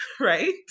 right